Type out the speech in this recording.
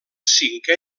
cinquè